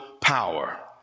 power